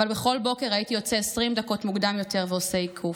אבל בכל בוקר הייתי יוצא 20 דקות מוקדם יותר ועושה עיקוף.